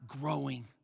growing